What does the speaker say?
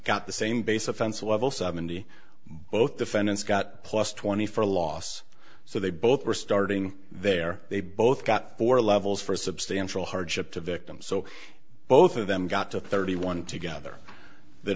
got the same base offense level seventy both defendants got plus twenty for loss so they both were starting there they both got four levels for a substantial hardship the victim so both of them got to thirty one together th